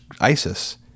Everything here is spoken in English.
isis